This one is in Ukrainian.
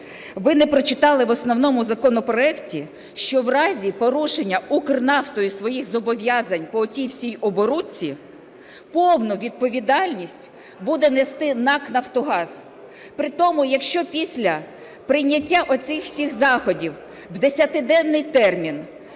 ви не прочитали в основному законопроекті, що в разі порушення "Укрнафтою" своїх зобов'язань по отій всій оборудці, повну відповідальність буде нести НАК "Нафтогаз". Притому, якщо після прийняття оцих всіх заходів в 10-денний термін